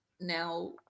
now